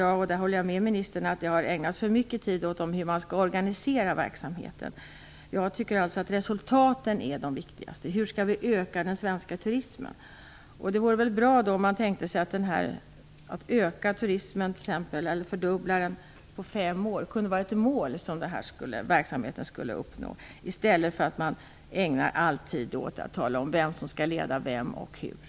Jag håller med ministern om att det tyvärr har ägnats för mycket tid till frågorna om hur verksamheten skall organiseras. Jag tycker att resultaten är viktigast. Hur skall vi öka den svenska turismen? Ett mål för den här verksamheten skulle kunna vara att turismen t.ex. skall fördubblas på fem år. I stället för att ägna all tid åt att tala om vem som skall leda vem och hur skulle man kunna försöka uppnå det målet. Tack!